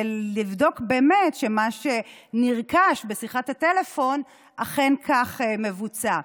ולבדוק שמה שנרכש בשיחת הטלפון אכן מבוצע כך.